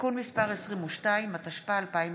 (תיקון מס' 22), התשפ"א,2021,